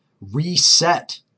reset